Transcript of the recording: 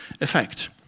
effect